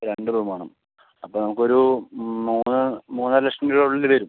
രണ്ടു റൂം വേണം അപ്പോൾ നമുക്കൊരു മൂന്ന് മൂന്നരലക്ഷം രൂപയുടെയുള്ളിൽ വരും